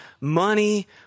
money